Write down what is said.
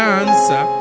answer